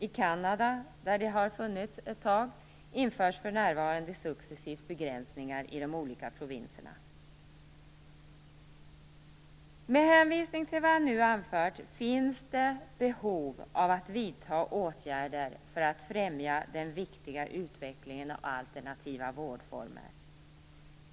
I Kanada, där den har funnits ett tag, införs för närvarande successivt begränsningar i de olika provinserna. Med hänvisning till vad jag nu anfört finns det behov av att vidta åtgärder för att främja den viktiga utvecklingen av alternativa vårdformer.